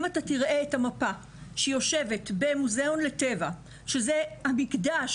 אם תראה את המפה שיושבת במוזיאון לטבע שזה המקדש